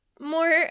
more